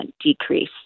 decrease